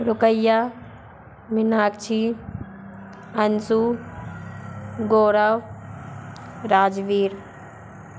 Ruqaiya Meenakshi Anshu Gaurav Rajbir